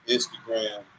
Instagram